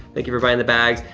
thank you for buying the bags.